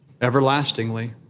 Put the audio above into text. Everlastingly